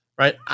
Right